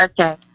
Okay